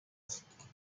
است